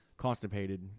constipated